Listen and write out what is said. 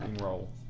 roll